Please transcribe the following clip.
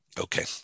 Okay